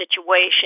situation